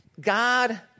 God